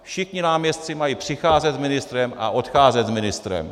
Všichni náměstci mají přicházet s ministrem a odcházet s ministrem.